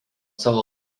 savo